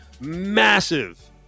massive